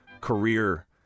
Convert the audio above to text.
career